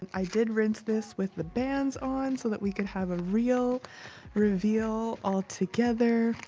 i did rinse this with the bands on so that we could have a real reveal all together,